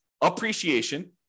appreciation